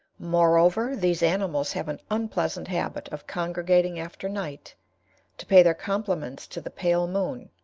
moreover, these animals have an unpleasant habit of congregating after night to pay their compliments to the pale moon,